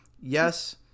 yes